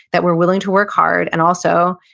that we're willing to work hard, and also,